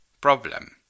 problem